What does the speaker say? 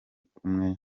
kumwe